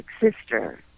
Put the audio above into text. sister